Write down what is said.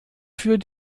für